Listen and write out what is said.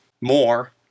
more